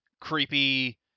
creepy